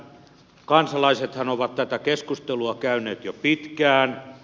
kansalaisethan ovat tätä keskustelua käyneet jo pitkään